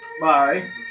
Bye